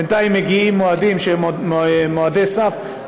בינתיים מגיעים מועדים שהם מועדי סף,